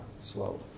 slow